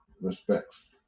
respects